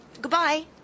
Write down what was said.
Goodbye